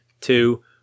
two